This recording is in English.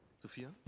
sovia.